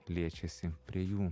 liečiasi prie jų